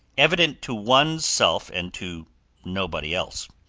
evident to one's self and to nobody else.